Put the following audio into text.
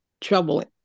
troubling